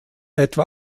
etwa